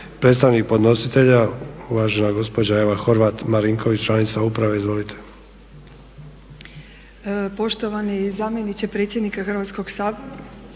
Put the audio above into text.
Predstavnik podnositelja uvažena gospođa Eva Horvat Marinković, članica uprave. Izvolite. **Marinković Horvat, Eva** Poštovani zamjeniče predsjednika Hrvatskoga